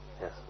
Yes